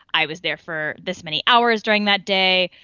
i was there for this many hours during that day,